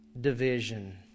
division